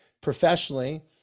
professionally